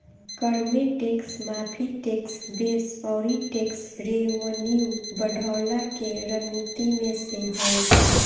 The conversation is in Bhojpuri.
कर में टेक्स माफ़ी, टेक्स बेस अउरी टेक्स रेवन्यू बढ़वला के रणनीति में से हवे